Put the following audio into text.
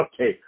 okay